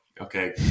okay